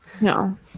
No